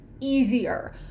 easier